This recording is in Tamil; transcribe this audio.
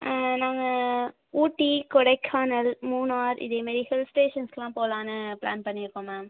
நாங்கள் ஊட்டி கொடைக்கானல் மூணார் இதே மாதிரி ஹில்ஸ்டேஷன்ஸெல்லாம் போகலான்னு பிளான் பண்ணியிருக்கோம் மேம்